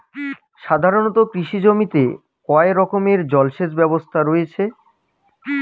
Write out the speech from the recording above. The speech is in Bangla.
সাধারণত কৃষি জমিতে কয় রকমের জল সেচ ব্যবস্থা রয়েছে?